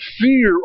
fear